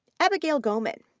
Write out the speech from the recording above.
abigail gohmann,